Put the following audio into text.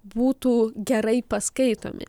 būtų gerai paskaitomi